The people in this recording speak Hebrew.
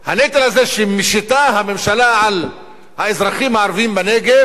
הנטל הזה שמשיתה הממשלה על האזרחים הערבים בנגב,